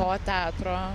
to teatro